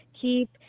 keep